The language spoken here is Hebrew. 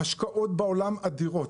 ההשקעות בעולם אדירות.